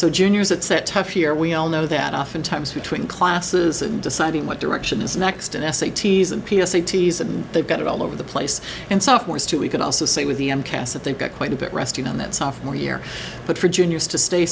so juniors it's a tough year we all know that oftentimes between classes and deciding what direction is next and s a t's and p s a t's and they've got it all over the place and sophomores too we can also say with the m cas that they've got quite a bit resting on that sophomore year but for juniors to stay